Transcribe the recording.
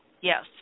yes